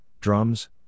drums